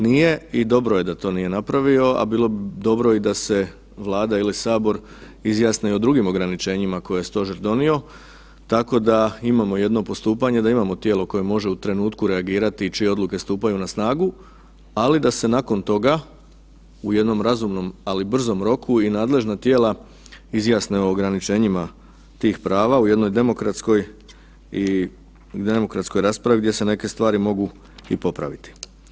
Nije, i dobro je da to nije napravio, a bilo bi dobro i da se Vlada ili sabor izjasne i o drugim ograničenjima koje je stožer donio tako da imamo jedno postupanje, da imamo tijelo koje može u trenutku reagirati i čije odluke stupaju na snagu, ali da se nakon toga u jednom razumnom ali brzom roku i nadležna tijela izjasne o ograničenjima tih prava u jednom demokratskoj i demokratskoj raspravi gdje se neke stvari mogu i popraviti.